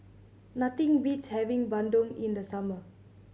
nothing beats having bandung in the summer